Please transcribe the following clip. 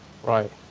Right